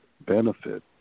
benefit